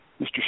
Mr